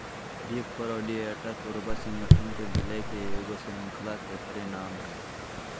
big four auditor पूर्वज संगठन के विलय के ईगो श्रृंखला के परिणाम हइ